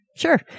Sure